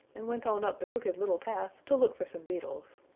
and went on up the crooked little path to look for some beetles.